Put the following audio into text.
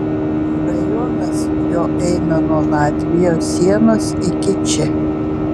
rajonas jo eina nuo latvijos sienos iki čia